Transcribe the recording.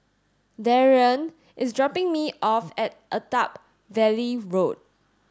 Darrian is dropping me off at Attap Valley Road